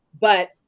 but-